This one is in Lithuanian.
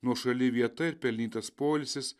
nuošali vieta ir pelnytas poilsis